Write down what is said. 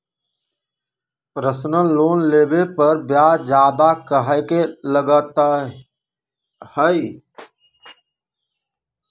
Personal loan लेबे पर ब्याज ज्यादा काहे लागईत है?